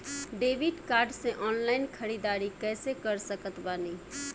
Debit card से online ख़रीदारी कैसे कर सकत बानी?